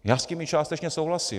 Já s tím i částečně souhlasím.